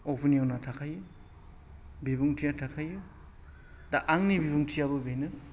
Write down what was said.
अपिनियना थाखायो बिबुंथिया थाखायो दा आंनि बिबुंथियाबो बेनो